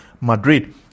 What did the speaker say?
Madrid